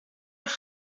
have